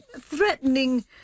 threatening